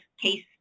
case